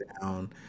down